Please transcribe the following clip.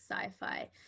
sci-fi